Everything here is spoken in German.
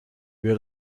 wäre